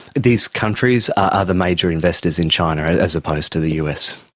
these countries are the major investors in china as opposed to the us.